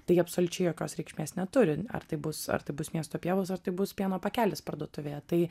tai absoliučiai jokios reikšmės neturi ar tai bus ar tai bus miesto pievos ar tai bus pieno pakelis parduotuvėje tai